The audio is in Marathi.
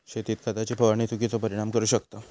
शेतीत खताची फवारणी चुकिचो परिणाम करू शकता